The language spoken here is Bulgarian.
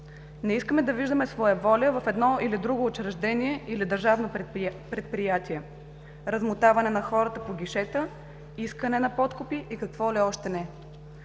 Не искаме да виждаме своеволие в едно или друго учреждение или държавно предприятие, размотаване на хората по гишетата, искане на подкупи и какво ли още не.